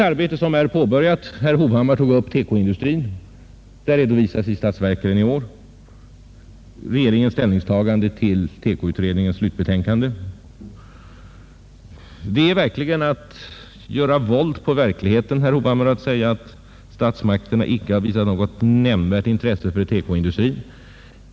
Herr Hovhammar tog exempelvis upp TEKO-industrin. Regeringens ställningstagande till TEKO-utredningens slutbetänkande redovisas i årets statsverksproposition. Det är att göra våld på verkligheten, herr Hovhammar, att påstå att statsmakterna inte visat något nämnvärt intresse för TEKO-industrin.